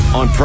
on